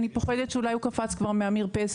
אני פוחדת שאולי הוא קפץ כבר מהמרפסת.